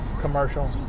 commercial